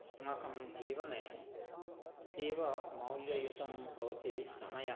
अस्माकं जीवने अतीव मौल्ययुतं भवति समयः